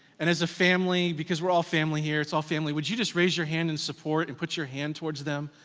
and as a family, because we're all family here, it's all family, would you just raise your hand in support and put your hand towards them,